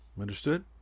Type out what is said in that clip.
understood